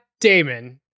Damon